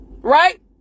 right